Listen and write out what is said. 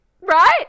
right